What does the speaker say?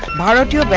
la da da